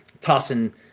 tossing